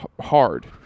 hard